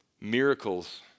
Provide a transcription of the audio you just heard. Miracles